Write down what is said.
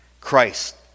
Christ